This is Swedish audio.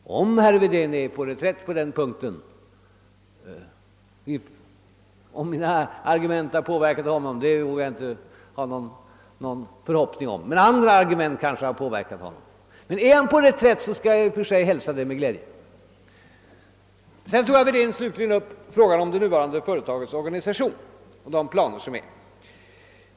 Att mina argument skulle ha påverkat herr Wedén så att han nu befinner sig på reträtt på den punkten vågar jag inte ha någon förhoppning om, men om andra argument påverkat honom så att han befinner sig på reträtt, hälsar jag detta med glädje. Herr Wedén tog slutligen upp frågan om det nuvarande företagets organisation och de planer som föreligger.